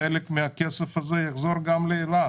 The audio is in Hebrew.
חלק מהכסף הזה יחזור גם לאילת.